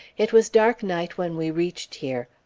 it was dark night when we reached here.